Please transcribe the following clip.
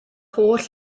holl